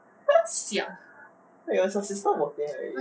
wait is your sister working already